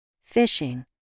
fishing